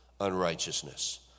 unrighteousness